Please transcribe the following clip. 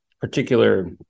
particular